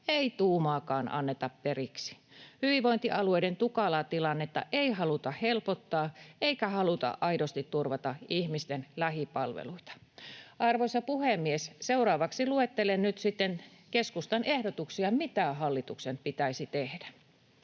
ei tuumaakaan anneta periksi. Hyvinvointialueiden tukalaa tilannetta ei haluta helpottaa, eikä haluta aidosti turvata ihmisten lähipalveluita. Arvoisa puhemies! Seuraavaksi luettelen nyt sitten keskustan ehdotuksia siitä, mitä hallituksen pitäisi tehdä: